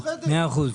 מאה אחוז.